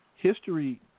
History